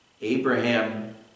Abraham